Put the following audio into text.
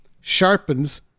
sharpens